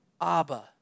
Abba